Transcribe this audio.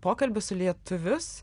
pokalbius su lietuvius